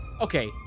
Okay